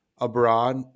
abroad